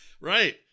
Right